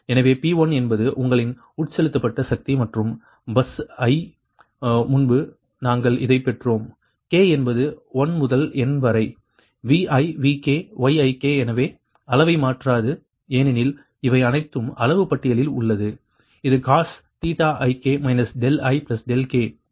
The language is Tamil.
எனவே P1 என்பது உங்களின் உட்செலுத்தப்பட்ட சக்தி மற்றும் பஸ் i முன்பு நாங்கள் இதைப் பெற்றோம் k என்பது 1 முதல் n வரை Vi Vk Yik எனவே அளவை மாற்றாது ஏனெனில் இவை அனைத்தும் அளவு பட்டியில் உள்ளது இது cos ik ik